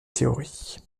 théorie